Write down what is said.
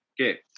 okay